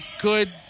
good